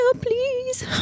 please